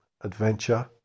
adventure